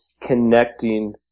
connecting